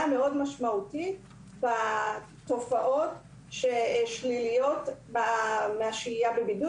מאוד משמעותית בתופעות שליליות מהשהייה בבידוד.